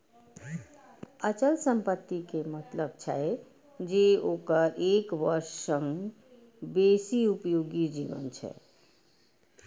अचल संपत्ति के मतलब छै जे ओकर एक वर्ष सं बेसी उपयोगी जीवन छै